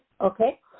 okay